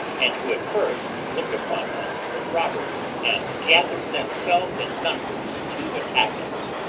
and who at first looked upon us as robbers, and gathered themselves in numbers to attack us.